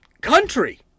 country